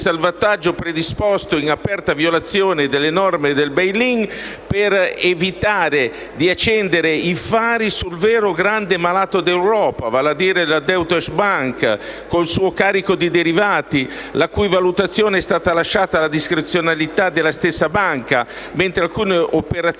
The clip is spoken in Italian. di salvataggio predisposto, in aperta violazione delle norme del *bail in* per evitare di accendere i fari sul vero grande malato d'Europa, vale a dire la Deutsche Bank con il suo carico di derivati, la cui valutazione è stata lasciata alla discrezionalità della stessa banca, mentre alcune operazioni